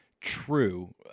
True